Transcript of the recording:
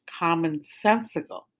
commonsensical